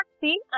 see